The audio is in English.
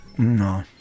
No